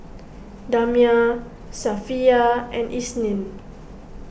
Damia Safiya and Isnin